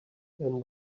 then